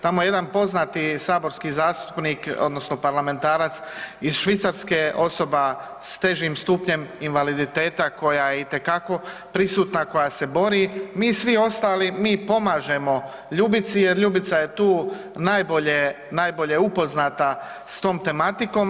Tamo je jedan poznati saborski zastupnik odnosno parlamentarac iz Švicarske, osoba s težim stupnjem invaliditeta koja je itekako prisutna, koja se bori, mi svi ostali, mi pomažemo Ljubici jer Ljubica je tu najbolje, najbolje upoznata s tom tematikom.